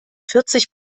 vierzig